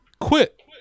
quit